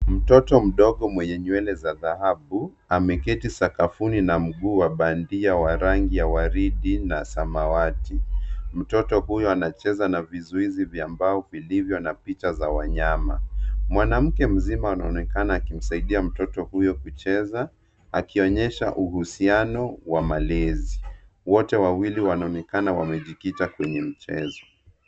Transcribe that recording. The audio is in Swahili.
Mtoto mdogo mwenye nywele za dhahabu ameketi sakafuni na mguu wa bandia wa rangi ya waridi na samawati. Mtoto huyo anacheza na vizuizi vya mbao vilivyo na picha za wanyama. Mwanamke mzima anaonekana akimsaidia mtoto huyo kucheza, akionyesha uhusiano wa malezi. Wote wawili wanaonekana wamejikita kwenye mchezo.